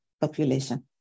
population